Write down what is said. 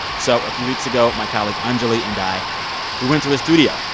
so a few weeks ago, my colleague anjuli and i we went to his studio.